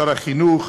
שר החינוך,